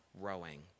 rowing